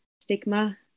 stigma